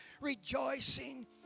rejoicing